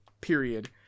period